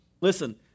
Listen